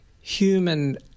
human